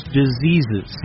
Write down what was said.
diseases